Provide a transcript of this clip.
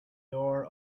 door